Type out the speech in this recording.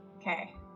Okay